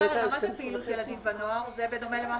למה